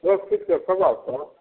दस फिटके सबा सए